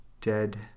Dead